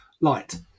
light